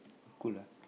cool ah